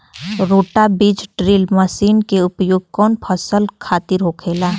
रोटा बिज drill machine के उपयोग कऊना फसल खातिर होखेला?